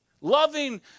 Loving